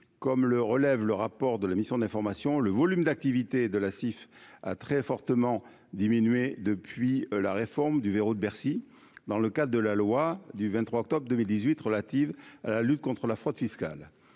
comme le relève le rapport de la mission d'information, le volume d'activité de la CIF a très fortement diminué depuis la réforme du verrou de Bercy, dans le cas de la loi du 23 octobre 2018 relative à la lutte contre la fraude fiscale